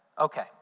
okay